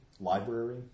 library